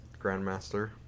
grandmaster